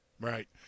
Right